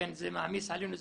כן, זה מעמיס עלינו.